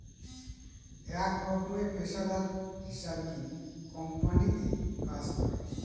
এক রকমের পেশাদার হিসাববিদ কোম্পানিতে কাজ করে